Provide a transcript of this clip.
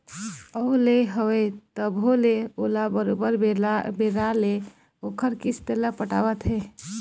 अउ ले हवय तभो ले ओला बरोबर बेरा ले ओखर किस्त ल पटावत हे